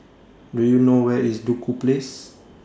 Do YOU know Where IS Duku Place